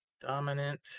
Dominant